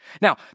Now